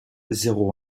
zéro